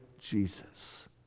Jesus